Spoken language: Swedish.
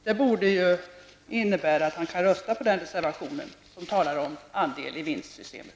Det borde innebära att han kan rösta på den reservation som talar om andel -- i -- vinstsystemet.